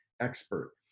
expert